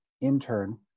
intern